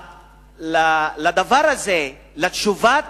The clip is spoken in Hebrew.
לדבר הזה, לתשובת